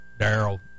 Daryl